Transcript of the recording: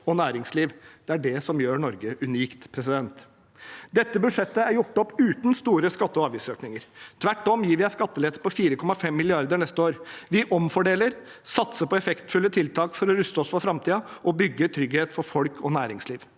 og næringsliv. Det er det som gjør Norge unikt. Dette budsjettet er gjort opp uten store skatte- og avgiftsøkninger. Tvert om gir vi en skattelette på 4,5 mrd. kr neste år. Vi omfordeler, satser på effektfulle tiltak for å ruste oss for framtiden, og bygger trygghet for folk og næringsliv.